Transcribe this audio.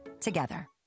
together